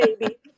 baby